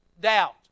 Doubt